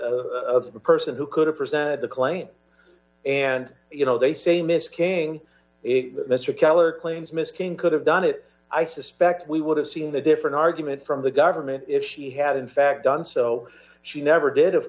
the person who could have presented the claim and you know they say miss king it that mr keller claims miss king could have done it i suspect we would have seen the different argument from the government if she had in fact done so she never did of